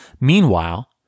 Meanwhile